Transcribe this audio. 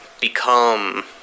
become